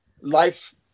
life